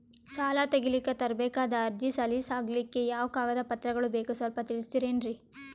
ಸಾಲ ತೆಗಿಲಿಕ್ಕ ತರಬೇಕಾದ ಅರ್ಜಿ ಸಲೀಸ್ ಆಗ್ಲಿಕ್ಕಿ ಯಾವ ಕಾಗದ ಪತ್ರಗಳು ಬೇಕು ಸ್ವಲ್ಪ ತಿಳಿಸತಿರೆನ್ರಿ?